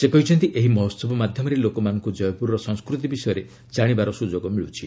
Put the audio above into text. ସେ କହିଛନ୍ତି ଏହି ମହୋହବ ମାଧ୍ୟମରେ ଲୋକମାନଙ୍କୁ ଜୟପୁରର ସଂସ୍କୃତି ବିଷୟରେ ଜାଣିବାର ସୁଯୋଗ ମିଳିବ